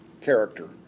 character